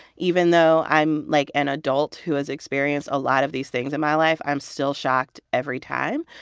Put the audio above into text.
even though i'm, like, an adult who has experienced a lot of these things in my life, i'm still shocked every time.